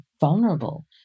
vulnerable